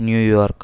New York